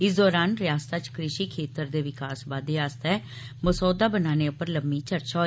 इस दौरान रियासता च कृषि खेतर दे विकास बाद्दे आस्तै मसौदा बनाने उप्पर लम्मी चर्चा होई